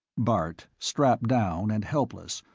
bart, strapped down and helpless,